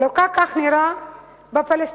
הלוקה כך נראה ב"פלסטינומאניה".